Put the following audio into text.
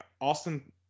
Austin